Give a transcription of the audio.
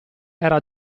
era